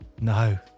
No